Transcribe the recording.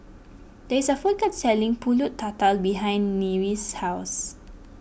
there is a food court selling Pulut Tatal behind Nyree's house